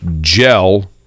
gel